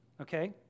okay